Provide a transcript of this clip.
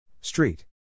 Street